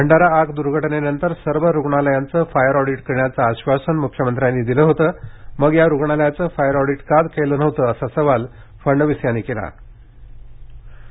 भंडारा आग दूर्घटनेनंतर सर्व रुग्णालयांचं फायर ऑडीट करण्याचं आश्वासन मूख्यमंत्र्यांनी दिलं होतं मग या रुग्णालयाचं फायर ऑडीट का केलं नव्हतं असा सवाल फडणवीस यांनी यावेळी विचारला